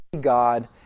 God